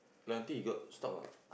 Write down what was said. guarantee got stock or not